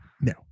No